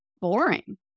boring